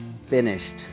finished